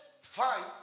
five